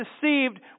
deceived